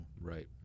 Right